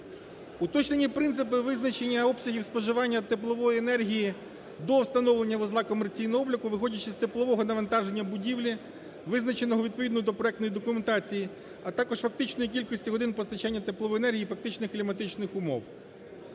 Уточнені принципи визначення обсягів споживання теплової енергії до встановлення вузла комерційного обліку виходячи з теплового навантаження будівлі визначеного відповідно до проектної документації, а також фактичної кількості годин постачання теплової енергії фактичних кліматичних умов.